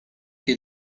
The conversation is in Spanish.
que